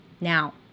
Now